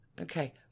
Okay